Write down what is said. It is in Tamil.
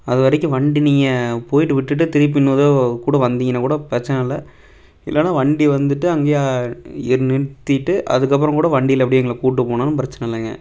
அது வரைக்கும் வண்டி நீங்க போயிட்டு விட்டுட்டு திருப்பி இன்னொரு தடவ கூட வந்தீங்கன்னால் கூட பிரச்சனயில்ல இல்லைன்னா வண்டி வந்துட்டு அங்கேயே ஏறி நிறுத்திட்டு அதுக்கப்புறம் கூட வண்டியில் அப்படியே எங்களை கூட்டிப் போனாலும் பிரச்சனயில்லங்க